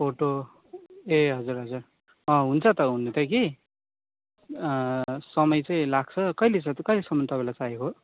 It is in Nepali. फोटो ए हजुर हजुर अँ हुन्छ त हुनु त कि समय चाहिँ लाग्छ कहिले छ त कहिलेसम्म तपाईँलाई चाहिएको